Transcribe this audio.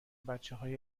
بچههای